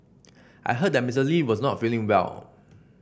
I heard that Mister Lee was not feeling well